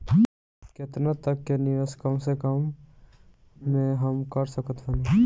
केतना तक के निवेश कम से कम मे हम कर सकत बानी?